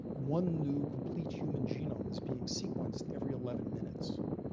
one new complete human genome is being sequenced every eleven minutes,